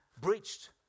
breached